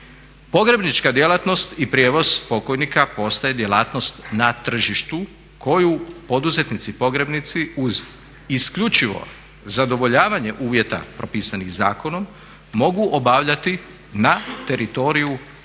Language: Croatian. Pogrebnička djelatnost i prijevoz pokojnika postaje djelatnost na tržištu koju poduzetnici pogrebnici uz isključivo zadovoljavanje uvjeta propisanih zakonom mogu obavljati na teritoriju čitave